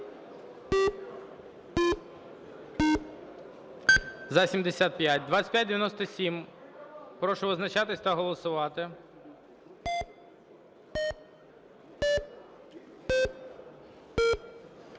За-75 2597. Прошу визначатись та голосувати.